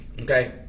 okay